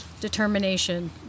determination